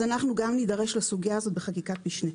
אז אנחנו גם נידרש לסוגיה הזאת בחקיקת משנה.